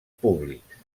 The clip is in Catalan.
públics